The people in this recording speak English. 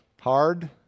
Hard